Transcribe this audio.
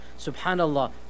Subhanallah